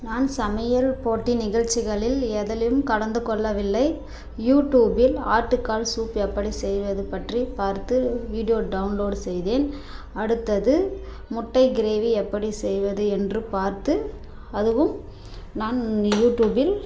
நான் சமையல் போட்டி நிகழ்ச்சிகளில் எதுலேயும் கலந்துக் கொள்ளவில்லை யூடூப்பில் ஆட்டுக்கால் சூப் எப்படி செய்வது பற்றி பார்த்து வீடியோ டவுன்லோடு செய்தேன் அடுத்தது முட்டை கிரேவி எப்படி செய்வது என்று பார்த்து அதுவும் நான் யூடூப்பில்